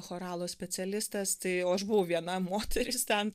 choralo specialistas tai o aš buvau viena moteris ten